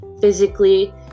physically